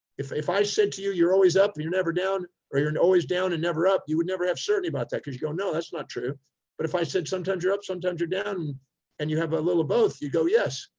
if, if i said to you, you're always up and you're never down, or you're and always down and never up', you would never have certainty about that. cause you go, no, that's not true but if i said, sometimes you're up, sometimes you're down and you have a little of both. you'd go, yes,